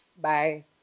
Bye